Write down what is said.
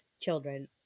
children